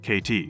KT